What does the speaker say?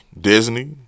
Disney